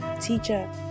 teacher